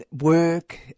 work